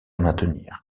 maintenir